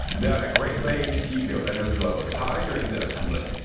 they are a great way to keep your energy levels high during the assembly.